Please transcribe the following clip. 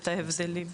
את ההבדלים.